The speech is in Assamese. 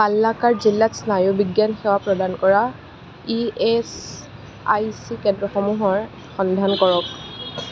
পালাক্কাড় জিলাত স্নায়ুবিজ্ঞান সেৱা প্ৰদান কৰা ইএচআইচি কেন্দ্ৰসমূহৰ সন্ধান কৰক